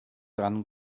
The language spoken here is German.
dran